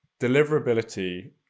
deliverability